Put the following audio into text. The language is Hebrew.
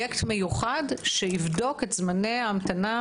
בפרויקט מיוחד שיבדוק את זמני ההמתנה